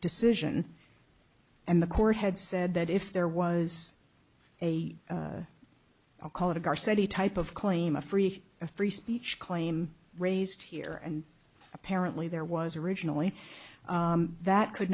decision and the court had said that if there was a i'll call it a car city type of claim a free a free speech claim raised here and apparently there was originally that could